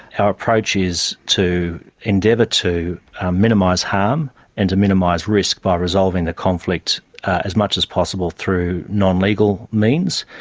our approach is to endeavour to minimise harm and to minimise risk by resolving the conflict as much as possible through non-legal means,